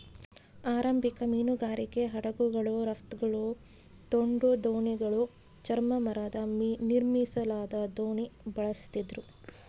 ಆರಂಭಿಕ ಮೀನುಗಾರಿಕೆ ಹಡಗುಗಳು ರಾಫ್ಟ್ಗಳು ತೋಡು ದೋಣಿಗಳು ಚರ್ಮ ಮರದ ನಿರ್ಮಿಸಲಾದ ದೋಣಿ ಬಳಸ್ತಿದ್ರು